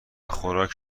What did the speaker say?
خوراک